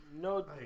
No